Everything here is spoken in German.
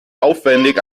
aufwendig